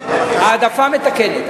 העדפה מתקנת.